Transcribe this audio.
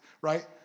Right